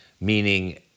meaning